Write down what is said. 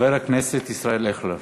חבר הכנסת ישראל אייכלר.